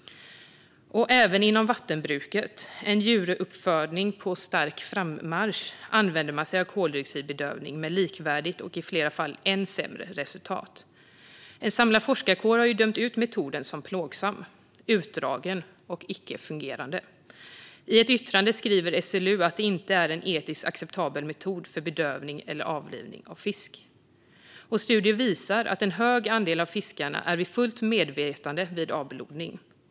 Även inom vattenbruket, en djuruppfödning på stark frammarsch, använder man sig av koldioxidbedövning med likvärdigt och i flera fall ännu sämre resultat. En samlad forskarkår har dömt ut metoden som plågsam, utdragen och icke-fungerande. I ett yttrande skriver SLU att det inte är en etiskt acceptabel metod för bedövning eller avlivning av fisk. Studier visar att en hög andel av fiskarna är vid fullt medvetande vid avblodning.